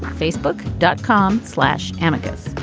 facebook dot com slash and annika's.